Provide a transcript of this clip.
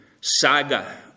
saga